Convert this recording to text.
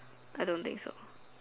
I don't think so